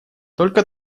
только